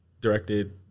directed